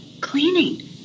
cleaning